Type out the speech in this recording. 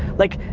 like,